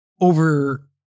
over